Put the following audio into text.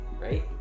right